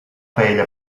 paella